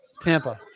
Tampa